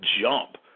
jump